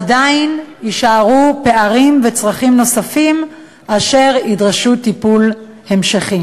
עדיין יישארו פערים וצרכים נוספים אשר ידרשו טיפול המשך,